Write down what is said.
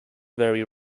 very